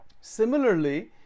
Similarly